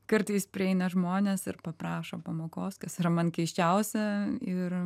kartais prieina žmonės ir paprašo pamokos kas yra man keisčiausia ir